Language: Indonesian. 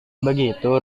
begitu